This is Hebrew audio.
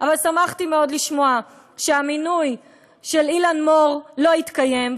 אבל שמחתי מאוד לשמוע שהמינוי של אילן מור לא יתקיים,